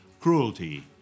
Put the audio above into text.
cruelty